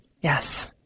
Yes